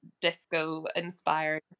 disco-inspired